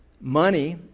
Money